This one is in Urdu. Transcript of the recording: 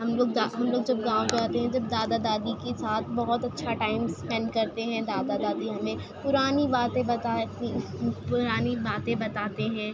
ہم لوگ جا ہم لوگ جب گاؤں جاتے ہيں جب دادا دادى كے ساتھ بہت اچّھا ٹائم اسپينڈ كرتے ہيں دادا دادی ہمیں پرانی باتیں بتاتی پرانی باتیں بتاتے ہیں